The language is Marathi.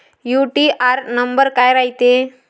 यू.टी.आर नंबर काय रायते?